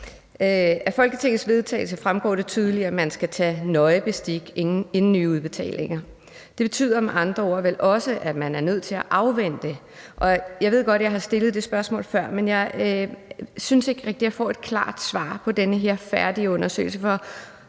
Af Folketingets vedtagelse fremgår det tydeligt, at man skal tage nøje bestik inden nye udbetalinger. Det betyder med andre ord vel også, at man er nødt til at afvente. Og jeg ved godt, at jeg har stillet det spørgsmål før, men jeg synes ikke rigtig, jeg får et klart svar om den her færdige undersøgelse.